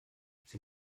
sie